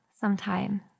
sometime